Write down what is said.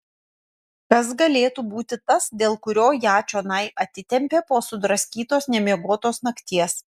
kas galėtų būti tas dėl kurio ją čionai atitempė po sudraskytos nemiegotos nakties